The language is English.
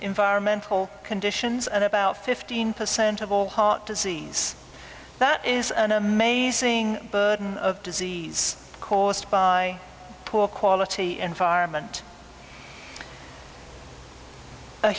environmental conditions and about fifteen percent of all heart disease that is an amazing burden of disease caused by poor quality environment a